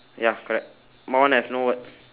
ya correct my one have no word